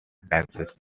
dances